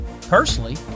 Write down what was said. Personally